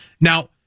Now